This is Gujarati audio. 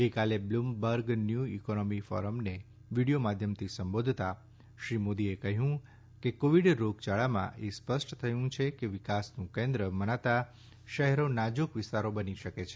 ગઇકાલે બ્લુમબર્ગ ન્યુ ઇકોનોમી ફોરમને વીડીયો માધ્યમથી સંબોધતા શ્રી મોદીએ કહ્યું કે કોવિડ રોગયાળામાં એ સ્પષ્ટ થયું છે કે વિકાસનું કેન્દ્ર મનાતા શહેરો નાજુક વિસ્તારો બની શકે છે